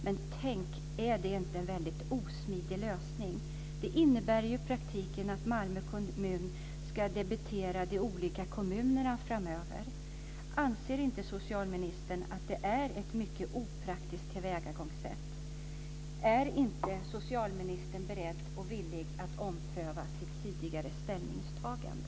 Men tänk, är inte det en väldigt osmidig lösning? Det innebär ju i praktiken att Malmö kommun ska debitera de olika kommunerna framöver. Anser inte socialministern att det är ett mycket opraktiskt tillvägagångssätt? Är socialministern inte beredd och villig att ompröva sitt tidigare ställningstagande?